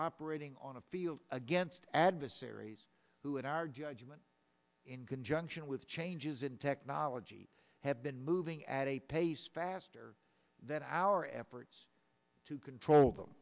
operating on a field against adversaries who in our judgment in conjunction with changes in technology have been moving at a pace faster than our efforts to control them